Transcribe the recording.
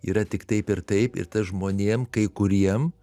yra tik taip ir taip ir tas žmonėm kai kuriem